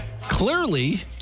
Clearly